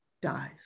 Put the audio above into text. dies